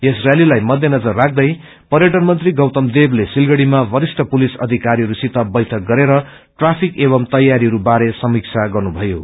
यस रैसीलाइ मध्यनजर राख्दै पर्यअन मंत्रीगीतमदेवले सिलगढ़ीमा वरिष्ठ पुलिस अधिरीहरूसित बैङ्क गरेर ट्राफिक एकम् तैयारीहरू बारे समीक्षा गन्नुथ्यो